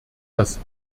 dass